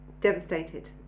devastated